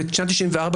ב-94',